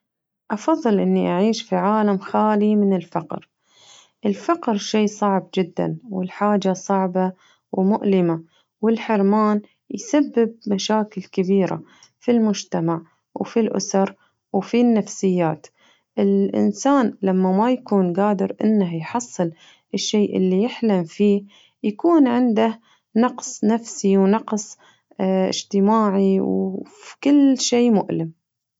أفضل إني أعيش في عالم خالي من الفقر، الفقر شي صعب جداً والحاجة صعبة ومؤلمة والحرمان يسبب مشاكل كبيرة في المجتمع وفي الأسر وفي النفسيات الإنسان لما ما يكون قادر إنح يحصل الشي اللي يحلم فيه يكون عنده نقص نفسي ونقص اجتماعي وفكل شي مؤلم.